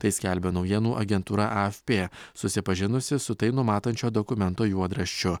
tai skelbia naujienų agentūra a ef pė susipažinusi su tai numatančio dokumento juodraščiu